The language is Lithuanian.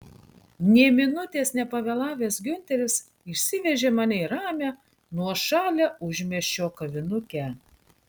nė minutės nepavėlavęs giunteris išsivežė mane į ramią nuošalią užmiesčio kavinukę